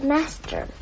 Master